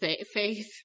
faith